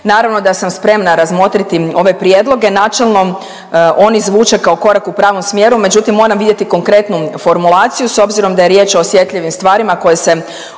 Naravno da sam spremna razmotriti ove prijedloge. Načelno oni zvuče kao korak u pravom smjeru, međutim moram vidjeti konkretnu formulaciju s obzirom da je riječ o osjetljivim stvarima koje se odnose